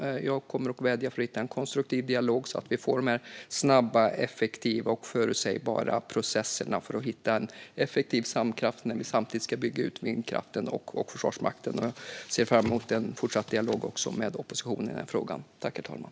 Jag kommer att vädja till alla för att hitta en konstruktiv dialog så att vi får snabba, effektiva och förutsägbara processer för att hitta en effektiv samkraft när vi samtidigt ska bygga ut vindkraften och Försvarsmakten. Jag ser fram emot en fortsatt dialog också med oppositionen i frågan.